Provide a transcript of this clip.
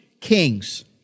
kings